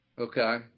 Okay